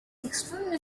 extremely